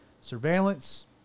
surveillance